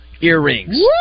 earrings